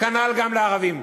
כנ"ל גם לערבים.